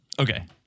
Okay